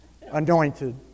anointed